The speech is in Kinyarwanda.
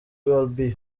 albion